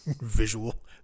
visual